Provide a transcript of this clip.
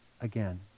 again